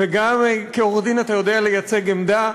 וגם כעורך-דין אתה יודע לייצג עמדה.